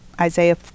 isaiah